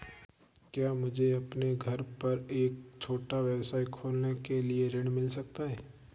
क्या मुझे अपने घर पर एक छोटा व्यवसाय खोलने के लिए ऋण मिल सकता है?